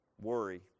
worry